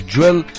Drill